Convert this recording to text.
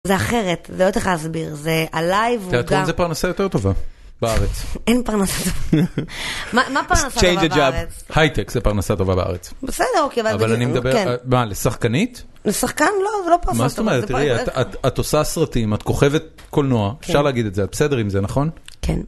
זה אחרת, זה לא יודעת איך להסביר, זה הלייב הוא גם... תיאטרון זה פרנסה יותר טובה, בארץ. אין פרנסה טובה. מה פרנסה טובה בארץ? הייטק זה פרנסה טובה בארץ. בסדר, אוקיי... אבל אני מדבר, מה, לשחקנית? לשחקן לא, זה לא פרנסה טובה. מה זאת אומרת? תראי, את עושה סרטים, את כוכבת קולנוע, אפשר להגיד את זה, את בסדר עם זה, נכון? כן.